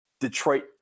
Detroit